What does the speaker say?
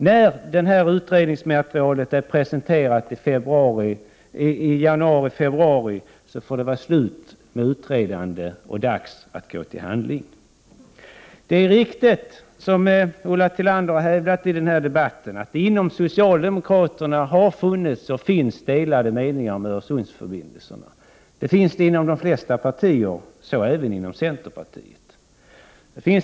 När detta utredningsmaterial har presenterats i januari eller februari, får det vara slut med utredandet och dags att gå till handling. Det är riktigt, som Ulla Tillander hävdat i den här debatten, att det inom det socialdemokratiska partiet har funnits och finns delade meningar om Öresundsförbindelsen. Det finns det inom de flesta partier — så även inom centerpartiet.